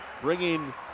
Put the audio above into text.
bringing